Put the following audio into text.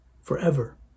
forever